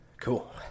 Cool